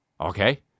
Okay